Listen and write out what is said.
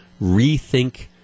rethink